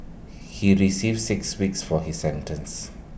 he resave six weeks for his sentence